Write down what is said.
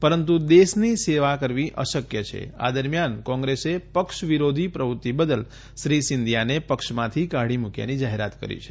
પરંતુ દેશની સેવા કરવી અશક્ય છે આ દરમિયાન કોંગ્રેસે પક્ષવિરોધી પ્રવૃત્તિ બદલ શ્રી સિંઘિયાને પક્ષમાંથી કાઢી મૂકયાની જાહેરાત કરી છે